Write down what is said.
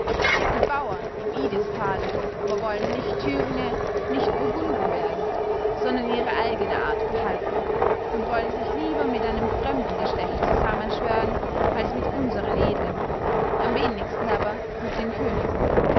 die bauern im idistale aber wollen nicht thüringe nicht burgunden werden sondern ihre eigene art behalten und wollen sich lieber mit einem fremden geschlecht zusammenschwören als mit unseren edlen am wenigsten aber mit den königen